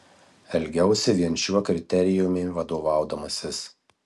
elgiausi vien šiuo kriterijumi vadovaudamasis